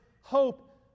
hope